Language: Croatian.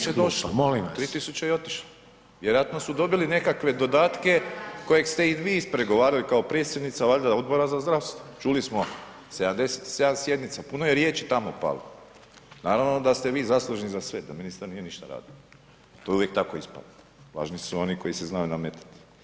3000 došlo, 3000 je i otišlo, vjerojatno su dobili nekakve dodatke kojeg ste i vi ispregovarali kao predsjednica valjda Odbora za zdravstvo, čuli smo 77 sjednica, puno je riječi tamo palo, naravno da ste vi zaslužni za sve, da ministar nije ništa radio, to je uvijek tako ispalo, važni su oni koji se znaju nametati.